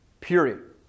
Period